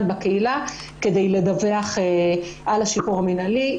כונן בקהילה כדי לדווח על השחרור המינהלי.